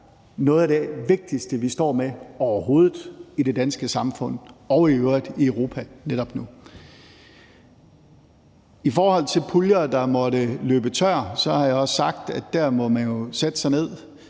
noget af det vigtigste, vi står med i det danske samfund overhovedet og i øvrigt i Europa netop nu. I forhold til puljer, der måtte løbe tør, så har jeg også sagt, at man jo der må sætte sig ned